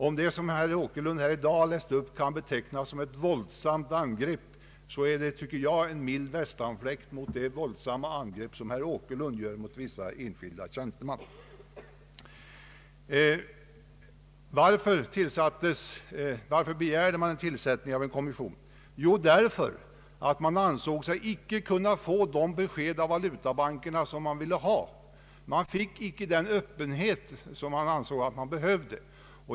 Om det som herr Åkerlund här i dag läste upp kan betecknas som ett våldsamt angrepp, anser jag att det är en mild västanfläkt jämfört med det våldsamma angrepp som herr Åkerlund gör mot vissa enskilda tjänstemän. Varför begärde man tillsättning av en kommission? Jo, därför att man ansåg sig icke kunna få de besked av valutabankerna som man ville ha. Man fick icke den öppenhet som man ansåg sig behöva.